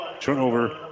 Turnover